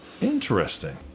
Interesting